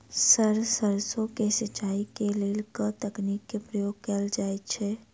Sir सैरसो केँ सिचाई केँ लेल केँ तकनीक केँ प्रयोग कैल जाएँ छैय?